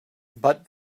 but